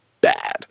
bad